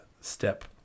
step